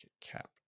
cap